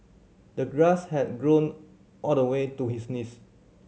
the grass had grown all the way to his knees